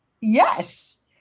Yes